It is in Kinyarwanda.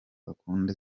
akunda